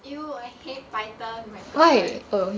!eww! I hate Python oh my god